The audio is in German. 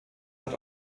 hat